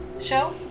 show